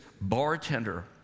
bartender